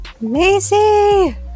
Macy